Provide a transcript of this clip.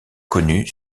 connue